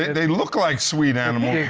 they look like sweet animals,